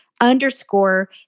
underscore